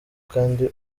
kandi